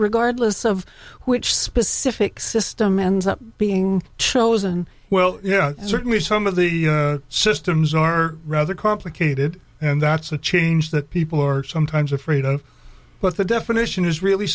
regardless of which specific system ends up being chosen well yeah certainly some of the systems are rather complicated and that's a change that people are sometimes afraid of but the definition is really